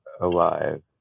alive